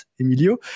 Emilio